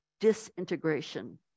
disintegration